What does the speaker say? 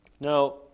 Now